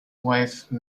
wife